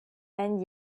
and